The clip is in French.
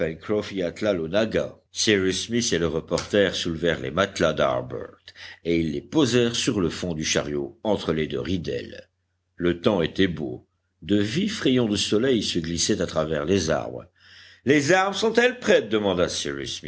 et le reporter soulevèrent les matelas d'harbert et ils les posèrent sur le fond du chariot entre les deux ridelles le temps était beau de vifs rayons de soleil se glissaient à travers les arbres les armes sont-elles prêtes demanda